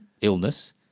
illness